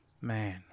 Man